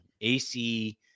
AC